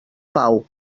pau